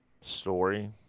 story